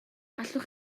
allwch